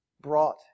brought